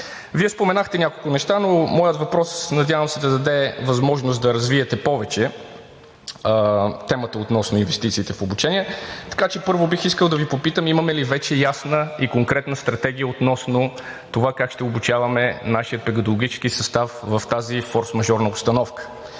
Вие споменахте няколко неща, но моят въпрос, надявам се, да даде възможност да развиете повече темата относно инвестициите в обучението. Първо, бих искал да Ви попитам: имаме ли вече ясна и конкретна стратегия относно това как ще обучаваме нашия педагогически състав в тази форсмажорна обстановка?